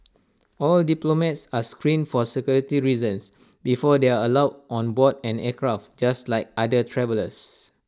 all diplomats are screened for security reasons before they are allowed on board an aircraft just like other travellers